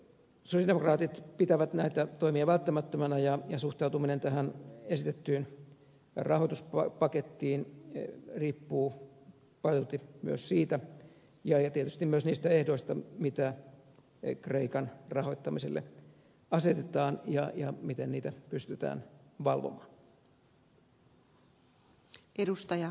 sosialidemokraatit pitävät näitä toimia välttämättöminä ja suhtautuminen tähän esitettyyn rahoituspakettiin riippuu paljolti myös niistä ja tietysti myös niistä ehdoista mitä kreikan rahoittamiselle asetetaan ja miten niitä pystytään valvomaan